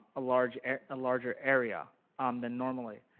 a large a larger area um than normally,